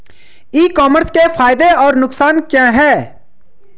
ई commerce के फायदे और नुकसान क्या हैं?